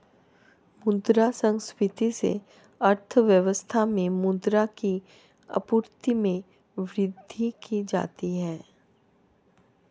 मुद्रा संस्फिति से अर्थव्यवस्था में मुद्रा की आपूर्ति में वृद्धि की जाती है